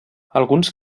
alguns